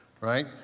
right